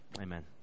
Amen